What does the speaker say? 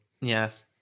Yes